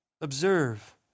Observe